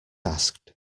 asked